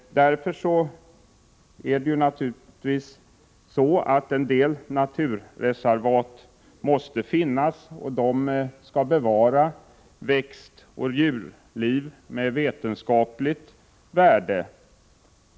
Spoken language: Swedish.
Därför måste det finnas vissa naturreservat, som bevarar växtoch djurliv med vetenskapligt värde.